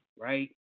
right